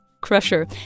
crusher